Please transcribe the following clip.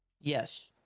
yes